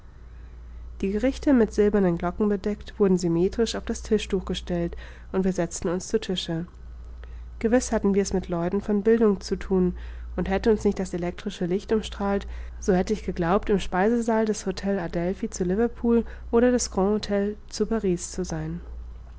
die gerichte mit silbernen glocken bedeckt wurden symmetrisch auf das tischtuch gestellt und wir setzten uns zu tische gewiß hatten wir's mit leuten von bildung zu thun und hätte uns nicht das elektrische licht umstrahlt so hätte ich geglaubt im speisesaal des htel adelphi zu liverpool oder des grand htel zu paris zu sein